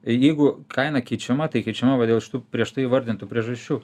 jeigu kaina keičiama tai keičiama va dėl šitų prieš tai įvardintų priežasčių